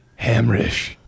Hamrish